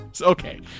Okay